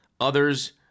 Others